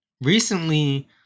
recently